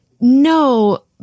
no